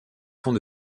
pont